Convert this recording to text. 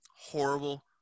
Horrible